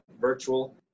virtual